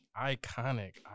iconic